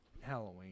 Halloween